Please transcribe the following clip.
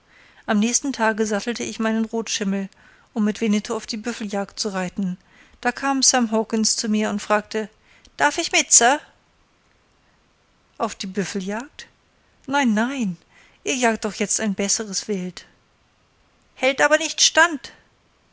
am nächsten tage sattelte ich meinen rotschimmel um mit winnetou auf die büffeljagd zu reiten da kam sam hawkens zu mir und fragte darf ich mit sir auf die büffeljagd nein nein ihr jagt doch jetzt ein besseres wild hält aber nicht stand